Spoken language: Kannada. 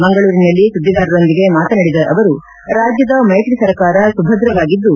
ಮಂಗಳೂರಿನಲ್ಲಿ ಸುದ್ದಿಗಾರರೊಂದಿಗೆ ಮಾತನಾಡಿದ ಅವರು ರಾಜ್ಯದ ಮೈತ್ರಿ ಸರ್ಕಾರ ಸುಭದ್ರವಾಗಿದ್ದು